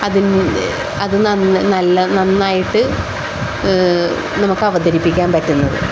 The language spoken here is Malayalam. അതി അത് നന്ന് നല്ല നന്നായിട്ട് നമുക്ക് അവതരിപ്പിക്കാൻ പറ്റുന്നത്